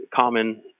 common